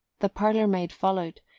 the parlour-maid followed,